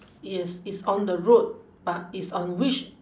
yes it's on the road but it's on which